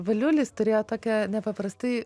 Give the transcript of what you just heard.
valiulis turėjo tokią nepaprastai